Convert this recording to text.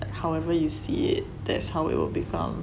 it however you see it that's how it will become